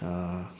uh